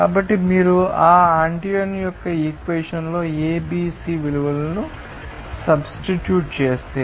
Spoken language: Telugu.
కాబట్టి మీరు ఆ ఆంటోయిన్ యొక్క ఇక్వేషన్ లో A B C విలువను సబ్స్టిట్యూట్ చేస్తే